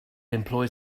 employs